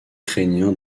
ukrainien